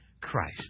Christ